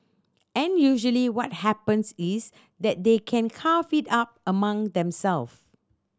and usually what happens is that they can carve it up among them self